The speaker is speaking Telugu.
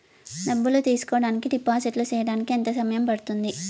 డబ్బులు తీసుకోడానికి డిపాజిట్లు సేయడానికి ఎంత సమయం పడ్తుంది